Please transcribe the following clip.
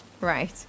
right